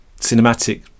cinematic